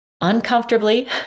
uncomfortably